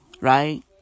right